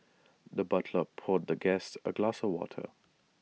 the butler poured the guest A glass of water